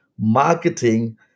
marketing